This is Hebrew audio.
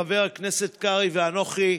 חבר הכנסת קרעי ואנוכי,